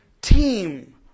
team